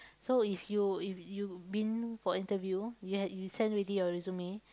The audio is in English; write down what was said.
so if you if you been for interview you had you send already your resume